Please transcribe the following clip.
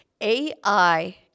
AI